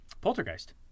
poltergeist